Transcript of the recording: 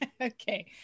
Okay